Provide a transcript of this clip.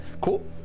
cool